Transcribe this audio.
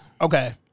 Okay